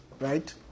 right